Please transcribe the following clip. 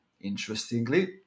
Interestingly